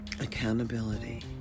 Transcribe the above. Accountability